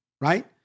right